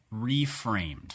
reframed